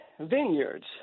vineyards